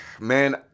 man